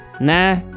nah